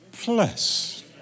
Plus